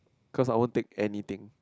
cause I won't take anything